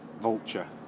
Vulture